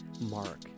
Mark